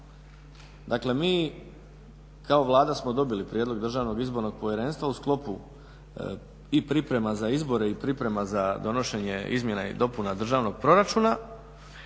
Dakle, mi kao Vlada smo dobili prijedlog Državnog izbornog povjerenstva u sklopu i priprema za izbore i priprema za donošenje izmjena i dopuna državnog proračuna